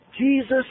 Jesus